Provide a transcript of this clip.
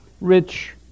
rich